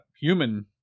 human